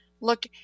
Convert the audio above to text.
look